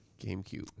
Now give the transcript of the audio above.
GameCube